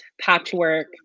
patchwork